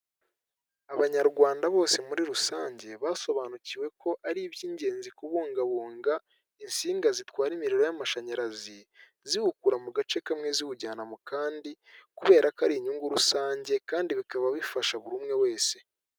Abanyarwanda bose muri rusange basobanukiwe ko ari iby'ingenzi kubungabunga insinga zitwara imiriro y'amashanyarazi, ziwukura mu gace kamwe, ziwujyana mu kandi, kubera ko ari inyungu rusange kandi bikaba bifasha buri umwe wese.